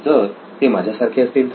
जर ते माझ्यासारखे असतील तर